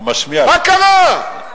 מה קרה?